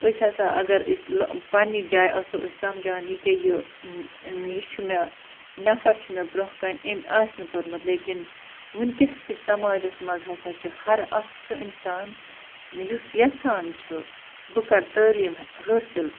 أسۍ ہسا اَگر أسۍ پَنٕنہِ جایہِ آسَو أسۍ سَمجھان یہِ کیٛاہ یہِ یہِ چھُ مےٚ نَفر چھُ مےٚ برٛونٛہہ کَنہِ أمۍ آسہِ نہٕ پوٚرمُت لیکن وُنکٮ۪س کِس سماجَس منٛز ہسا چھُ ہر اَکھ سُہ اِنسان یُس یژھان چھُ بہٕ کَرٕ تعلیٖم حٲصِل